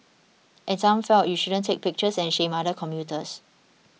and some felt you shouldn't take pictures and shame other commuters